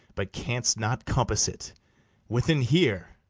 but canst not compass it within here!